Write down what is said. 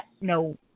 no